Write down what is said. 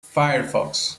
firefox